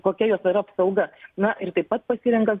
kokia jos yra apsauga na ir taip pat pasirenkant